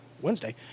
Wednesday